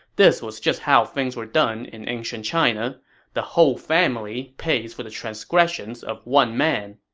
this was just how things were done in ancient china the whole family pays for the transgressions of one man